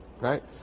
Right